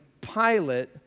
Pilate